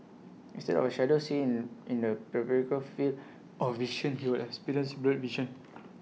instead of A shadow seen in in the peripheral field of vision he would have experienced blurred vision